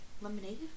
Lemonade